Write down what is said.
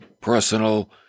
personal